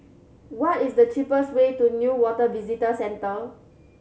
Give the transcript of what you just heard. what is the cheapest way to Newater Visitor Centre